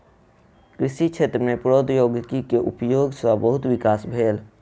कृषि क्षेत्र में प्रौद्योगिकी के उपयोग सॅ बहुत विकास भेल